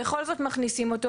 בכל זאת מכניסים אותו.